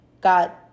got